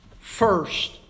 first